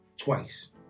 twice